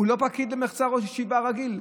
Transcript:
הוא לא פקיד למחצה, ראש ישיבה רגיל?